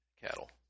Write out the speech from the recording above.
cattle